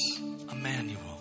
Emmanuel